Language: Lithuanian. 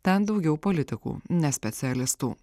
ten daugiau politikų ne specialistų